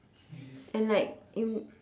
and like you